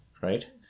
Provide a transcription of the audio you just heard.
Right